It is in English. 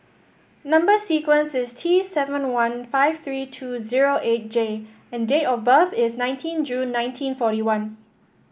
number sequence is T seven one five three two zero eight J and date of birth is nineteen June nineteen forty one